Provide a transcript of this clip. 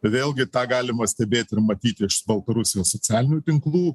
vėlgi tą galima stebėti ir matyti iš baltarusijos socialinių tinklų